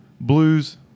blues